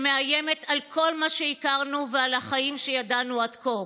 שמאיימת על כל מה שהכרנו ועל החיים שידענו עד כה,